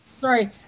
sorry